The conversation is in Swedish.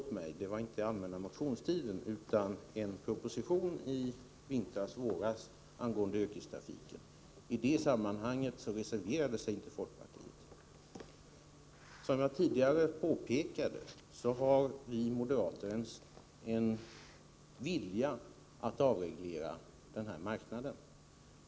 Vi behandlade en proposition i vintras-våras om yrkestrafiken, men i det sammanhanget reserverade sig inte folkpartiet. Som jag tidigare påpekat har vi moderater en vilja att avreglera den här marknaden.